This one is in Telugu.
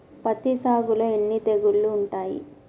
పత్తి సాగులో ఎన్ని తెగుళ్లు ఉంటాయి?